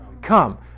come